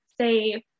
say